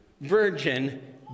virgin